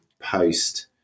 post